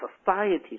societies